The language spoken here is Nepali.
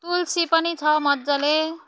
तुलसी पनि छ मजाले